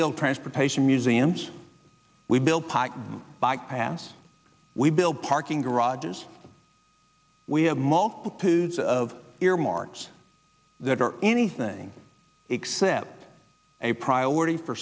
build transportation museums we build park bike pass we build parking garages we have multiple uses of earmarks that are anything except a priority for